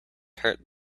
hurt